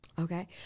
Okay